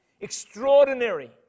extraordinary